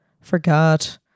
Forgot